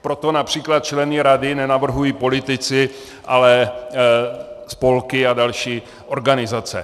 Proto například členy rady nenavrhují politici, ale spolky a další organizace.